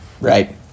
right